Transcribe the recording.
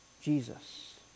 Jesus